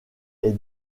est